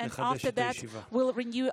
ואחריה נחדש את